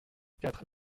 quatre